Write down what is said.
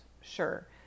sure